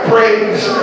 Praise